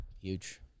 Huge